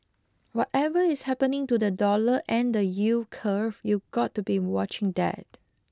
whatever is happening to the dollar and the yield curve you've got to be watching that